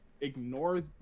ignore